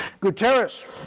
Guterres